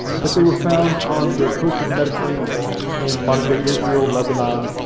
but they were found on the coast of the mediterranean in modern day israel, lebanon,